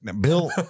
Bill